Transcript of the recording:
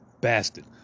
Bastard